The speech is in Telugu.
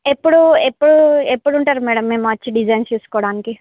ఎప్పుడు ఎప్పుడు ఎప్పుడు ఉంటారు మేడమ్ మేము వచ్చి డిజైన్ చూసుకోవడానికి